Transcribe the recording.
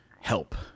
help